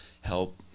help